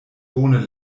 bone